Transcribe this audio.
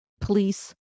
police